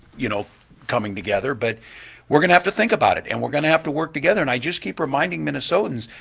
you know coming together but we're going to have to think about it and we're going to have to work together and i just keep remajoredding minnesotans,